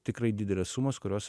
tikrai didelės sumos kurios